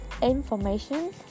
information